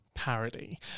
parody